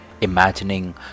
imagining